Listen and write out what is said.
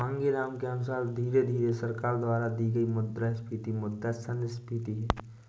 मांगेराम के अनुसार धीरे धीरे सरकार द्वारा की गई मुद्रास्फीति मुद्रा संस्फीति है